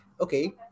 okay